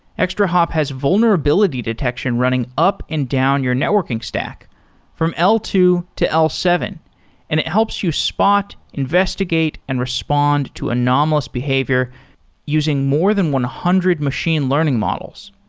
extrahop has vulnerability detection running up and down your networking stock from l two to l seven and it helps you spot, investigate and respond to anomalous behavior using more than one hundred machine learning models.